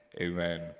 Amen